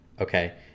Okay